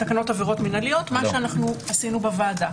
עבירות מינהליות, מה שאנחנו עשינו בוועדה.